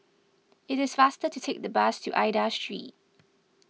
it is faster to take the bus to Aida Street